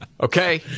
Okay